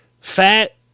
fat